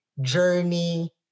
journey